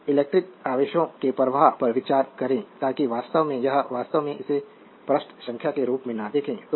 अब इलेक्ट्रिक आवेशों के प्रवाह पर विचार करें ताकि वास्तव में यह वास्तव में इसे पृष्ठ संख्या के रूप में न देखें